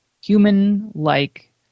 human-like